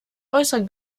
äußern